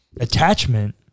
attachment